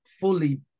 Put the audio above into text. fully